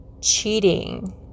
cheating